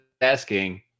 asking